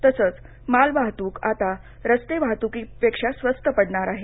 तसंच माल वाहत्क आता रस्ते वाहत्कीपेक्षाही स्वस्त पडणार आहे